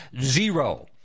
zero